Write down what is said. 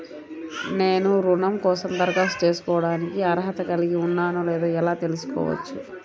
నేను రుణం కోసం దరఖాస్తు చేసుకోవడానికి అర్హత కలిగి ఉన్నానో లేదో ఎలా తెలుసుకోవచ్చు?